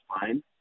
fine